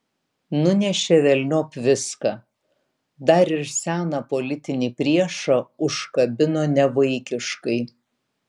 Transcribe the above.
nunešė velniop viską dar ir seną politinį priešą užkabino nevaikiškai